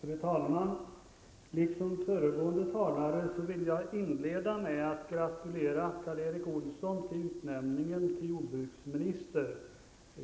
Fru talman! Liksom föregående talare vill jag inleda med att gratulera Karl Erik Olsson till utnämningen till jordbruksminister.